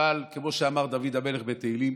אבל כמו שאמר דוד המלך בתהילים,